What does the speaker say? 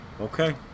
okay